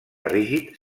rígid